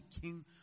king